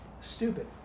stupid